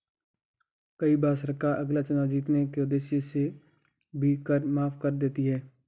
कई बार सरकार अगला चुनाव जीतने के उद्देश्य से भी कर माफ कर देती है